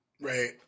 Right